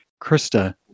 Krista